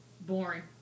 Boring